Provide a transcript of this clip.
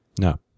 No